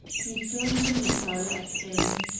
he flung the missile at him.